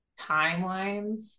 timelines